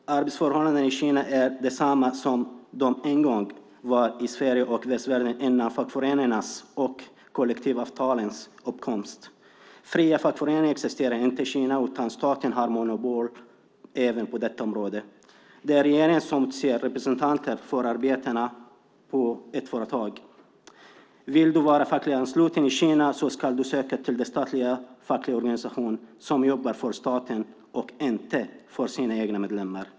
Arbetsförhållandena i Kina är desamma som de en gång var i Sverige och västvärlden före fackföreningarnas och kollektivavtalens uppkomst. Fria fackföreningar existerar inte i Kina, utan staten har monopol även på detta område. Det är regeringen som utser representanter för arbetarna på ett företag. Vill du vara fackligt ansluten i Kina ska du söka till den statliga fackliga organisation som jobbar för staten och inte för sina egna medlemmar.